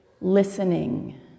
listening